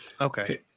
Okay